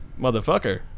motherfucker